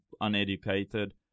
uneducated